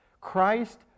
Christ